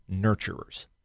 nurturers